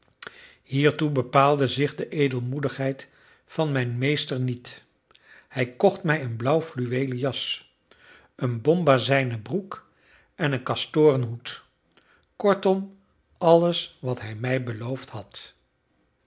hiertoe bepaalde zich de edelmoedigheid van mijn meester niet hij kocht mij een blauw fluweelen jas een bombazijnen broek en een kastoren hoed kortom alles wat hij mij beloofd had